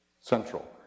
central